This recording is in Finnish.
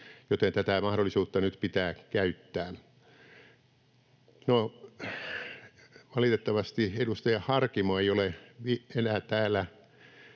joten tätä mahdollisuutta nyt pitää käyttää. No, valitettavasti edustaja Harkimo ei ole enää täällä,